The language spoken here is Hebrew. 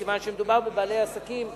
מכיוון שמדובר בבעלי עסקים בארז,